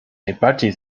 najbardziej